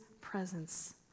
presence